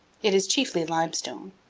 it is chiefly limestone.